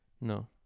no